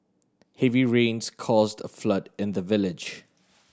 heavy rains caused a flood in the village